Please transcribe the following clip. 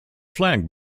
flag